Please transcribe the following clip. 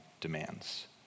demands